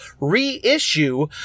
reissue